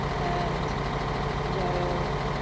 and while